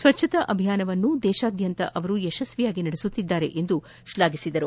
ಸ್ವಜ್ಞತಾ ಅಭಿಯಾನವನ್ನು ದೇಶಾದ್ಯಂತ ಅವರು ಯಶಸ್ವಿಯಾಗಿ ನಡೆಸುತ್ತಿದ್ದಾರೆ ಎಂದು ಶ್ಲಾಘಿಸಿದರು